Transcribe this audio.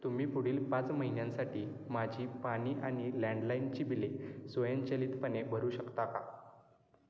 तुम्ही पुढील पाच महिन्यांसाठी माझी पाणी आणि लँडलाईनची बिले स्वयंचलितपणे भरू शकता का